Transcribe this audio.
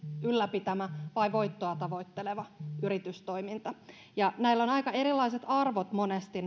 ylläpitämä vai voittoa tavoitteleva yritystoiminta näillä päiväkotien ylläpitäjillä on aika erilaiset arvot monesti